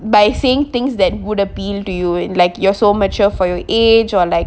by saying things that would appeal to you like you are so much of uh for your age or like